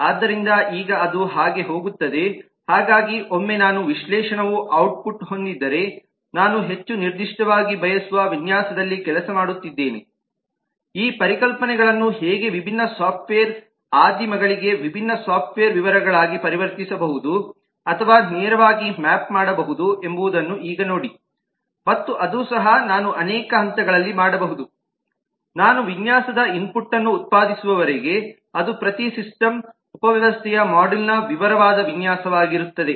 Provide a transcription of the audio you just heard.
ಆದ್ದರಿಂದ ಈಗ ಅದು ಹಾಗೆ ಹೋಗುತ್ತದೆ ಹಾಗಾಗಿ ಒಮ್ಮೆ ನಾನು ವಿಶ್ಲೇಷಣಾ ಔಟ್ಪುಟ್ ಹೊಂದಿದ್ದರೆ ನಾನು ಹೆಚ್ಚು ನಿರ್ದಿಷ್ಟವಾಗಿ ಬಯಸುವ ವಿನ್ಯಾಸದಲ್ಲಿ ಕೆಲಸ ಮಾಡುತ್ತಿದ್ದೇನೆ ಈ ಪರಿಕಲ್ಪನೆಗಳನ್ನು ಹೇಗೆ ವಿಭಿನ್ನ ಸಾಫ್ಟ್ವೇರ್ ಆದಿಮಗಳಿಗೆ ವಿಭಿನ್ನ ಸಾಫ್ಟ್ವೇರ್ ವಿವರಗಳಾಗಿ ಪರಿವರ್ತಿಸಬಹುದು ಅಥವಾ ನೇರವಾಗಿ ಮ್ಯಾಪ್ ಮಾಡಬಹುದು ಎಂಬುದನ್ನು ಈಗ ನೋಡಿ ಮತ್ತು ಅದೂ ಸಹ ನಾನು ಅನೇಕ ಹಂತಗಳಲ್ಲಿ ಮಾಡಬಹುದು ನಾನು ವಿನ್ಯಾಸದ ಇನ್ಪುಟ್ ಅನ್ನು ಉತ್ಪಾದಿಸುವವರೆಗೆ ಅದು ಪ್ರತಿ ಸಿಸ್ಟಮ್ ಉಪವ್ಯವಸ್ಥೆಯ ಮಾಡ್ಯೂಲ್ನ ವಿವರವಾದ ವಿನ್ಯಾಸವಾಗಿರುತ್ತದೆ